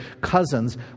cousins